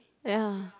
ya